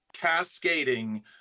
cascading